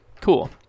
Cool